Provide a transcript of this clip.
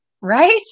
Right